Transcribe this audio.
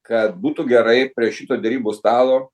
kad būtų gerai prie šito derybų stalo